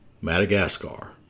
Madagascar